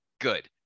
good